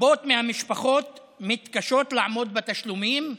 רבות מהמשפחות מתקשות לעמוד בתשלומים הגבוהים,